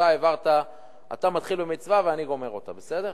אתה מתחיל במצווה, ואני גומר אותה, בסדר.